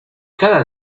cada